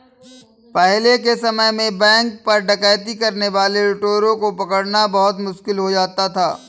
पहले के समय में बैंक पर डकैती करने वाले लुटेरों को पकड़ना बहुत मुश्किल हो जाता था